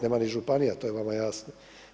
Nema ni županija to je vama jasno.